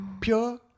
Pure